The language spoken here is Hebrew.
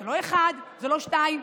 זה לא אחד ולא שניים,